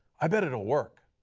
i bet it will work.